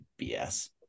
BS